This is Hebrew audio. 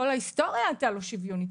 כל ההיסטוריה הייתה לא שוויונית,